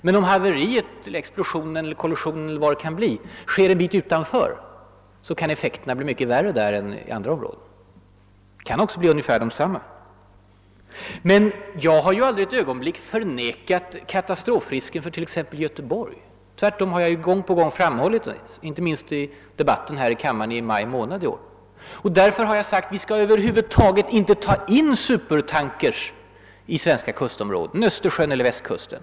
Men om haveriet, kollisionen eller explosionen sker en bit utanför, kan effekterna bli mycket värre än i en del andra områden. De kan också bli ungefär desamma. Jag har aldrig ett ögonblick förnekat katastrofrisken för t.ex. Göteborg. Tvärtom har jag gång på gång framhål lit den, inte minst i debatten här i kammaren i maj månad i år. Därför har jag sagt: Vi skall över huvud taget inte ta in supertankers till svenska kustområden, Östersjön eller Västkusten.